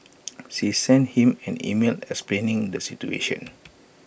she sent him an email explaining the situation